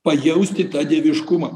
pajausti tą dieviškumą